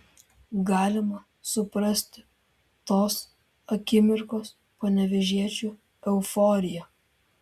galima suprasti tos akimirkos panevėžiečių euforiją